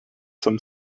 some